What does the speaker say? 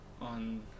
on